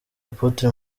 apotre